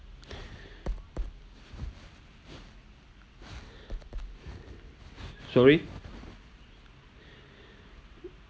sorry